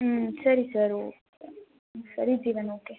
ಹ್ಞೂ ಸರಿ ಸರ್ ಓ ಸರಿ ಜೀವನ್ ಓಕೆ